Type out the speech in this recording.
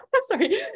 sorry